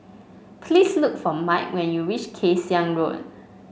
please look for Mike when you reach Kay Siang Road